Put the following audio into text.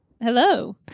Hello